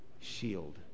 shield